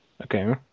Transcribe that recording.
Okay